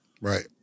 Right